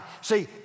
See